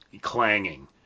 clanging